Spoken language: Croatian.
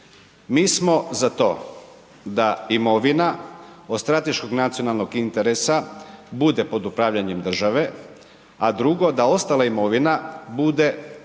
Mi smo za to da imovina od strateškog nacionalnog interesa bude pod upravljanjem države, a drugo, da ostala imovina bude pod